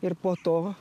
ir po to